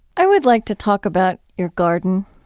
i would like to talk about your garden,